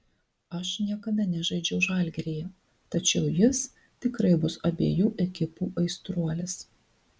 aš niekada nežaidžiau žalgiryje tačiau jis tikrai bus abejų ekipų aistruolis